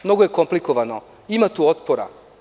Mnogo je komplikovano, ima tu otpora.